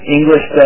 English